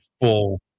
full